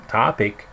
topic